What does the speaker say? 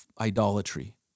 idolatry